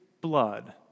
blood